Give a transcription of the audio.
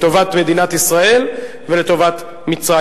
לטובת מדינת ישראל ולטובת מצרים.